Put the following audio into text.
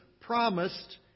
promised